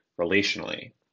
relationally